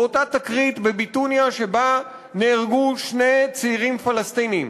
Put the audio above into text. באותה תקרית בביתוניא שבה נהרגו שני צעירים פלסטינים,